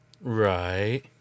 Right